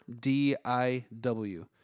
D-I-W